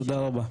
תודה רבה.